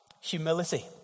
humility